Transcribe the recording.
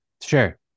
Sure